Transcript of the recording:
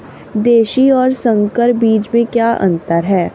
देशी और संकर बीज में क्या अंतर है?